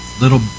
little